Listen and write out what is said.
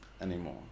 anymore